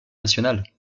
national